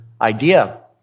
idea